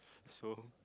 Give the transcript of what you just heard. so